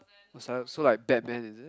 so like Batman is it